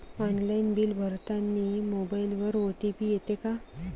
Online bill भरतानी मोबाईलवर OTP येते का?